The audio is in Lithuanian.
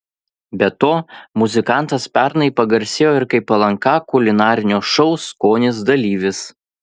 be to muzikantas pernai pagarsėjo ir kaip lnk kulinarinio šou skonis dalyvis